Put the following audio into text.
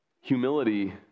Humility